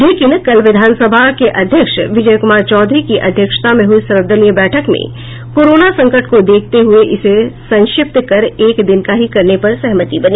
लेकिन कल विधानसभा के अध्यक्ष विजय कुमार चौधरी की अध्यक्षता में हुई सर्वदलीय बैठक में कोरोना संकट को देखते हुये इसे संक्षिप्त कर एक दिन का ही करने पर सहमति बनी